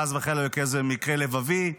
חס וחלילה יקרה לו מקרה לבבי.